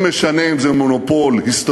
אין זה משנה אם זה מונופול הסתדרותי,